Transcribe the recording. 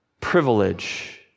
privilege